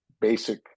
basic